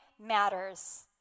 Matters